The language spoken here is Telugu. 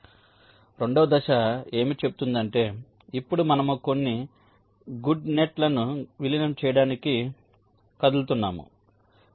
2 వ దశ ఏమి చెబుతుందంటే ఇప్పుడు మనము కొన్ని గుడ్ నెట్ లను విలీనం చేయడానికి కదులుతున్నాము అని